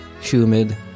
humid